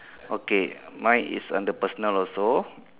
okay mine is under personal also